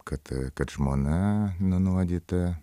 kad kad žmona nunuodyta